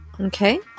okay